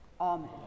Amen